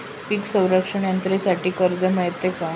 पीक संरक्षण यंत्रणेसाठी कर्ज मिळते का?